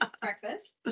breakfast